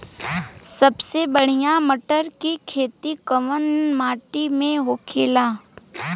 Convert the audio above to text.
सबसे बढ़ियां मटर की खेती कवन मिट्टी में होखेला?